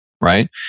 right